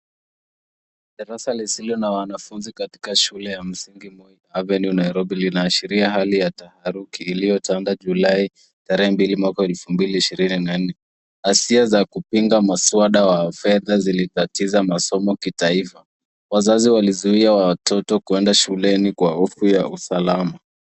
Darasa lisilo na wanafunzi katika shule ya msingi Moi Avenue Nairobi linaashiria hali ya taharuki iliyotanda July , tarehe mbili mwaka elfu mbili ishirini na nne. Ghasia za kupinga mswada wa fedha zilikatiza masomo kitaifa. Wazazi walizuia watoto kwenda shuleni kwa hofu ya usalama.